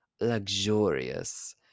luxurious